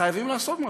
חייבים לעשות משהו.